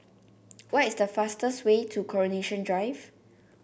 what is the fastest way to Coronation Drive